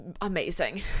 amazing